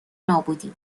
نابودی